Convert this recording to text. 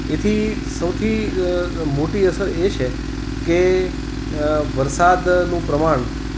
એથી સૌથી મોટી અસર એ છે કે વરસાદનું પ્રમાણ